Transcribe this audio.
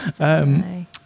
Okay